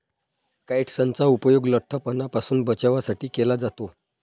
काइट्सनचा उपयोग लठ्ठपणापासून बचावासाठी केला जातो